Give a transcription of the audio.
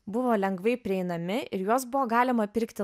buvo lengvai prieinami ir juos buvo galima pirkti